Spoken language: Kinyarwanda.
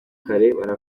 kureba